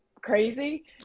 crazy